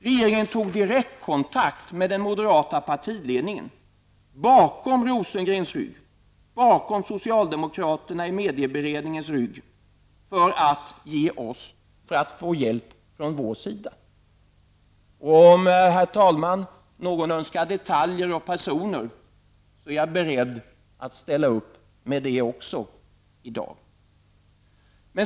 Regeringen tog direktkontakt med den moderata partiledningen bakom Björn Rosengrens rygg och bakom ryggen på de socialdemokrater som satt i medieberedningen för att få hjälp från vår sida. Om någon, herr talman, önskar detaljer och uppgift om personer är jag i dag beredd att ställa upp med det också.